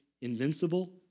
invincible